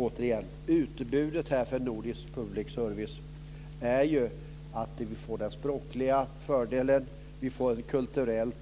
Återigen: Utbudet av nordisk public service gör att vi får den språkliga fördelen, vi får ett kulturellt